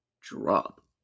drop